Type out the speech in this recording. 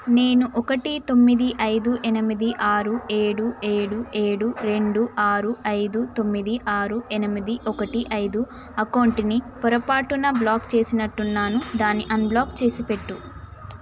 నేను ఒకటి తొమ్మిది ఐదు ఎనిమిది ఆరు ఏడు ఏడు ఏడు రెండు ఆరు ఐదు తొమ్మిది ఆరు ఎనిమిది ఒకటి ఐదు అకౌంటుని పొరపాటున బ్లాక్ చేసినట్టున్నాను దాన్ని అన్బ్లాక్ చేసిపెట్టు